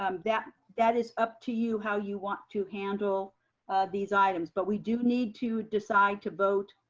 um that that is up to you, how you want to handle these items. but we do need to decide to vote.